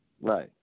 Right